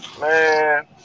Man